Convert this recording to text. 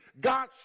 God